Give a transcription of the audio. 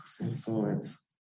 influence